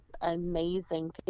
amazing